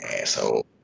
Asshole